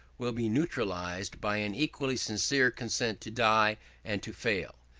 will be neutralised by an equally sincere consent to die and to fail.